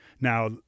Now